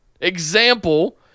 Example